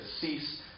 cease